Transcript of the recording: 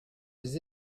les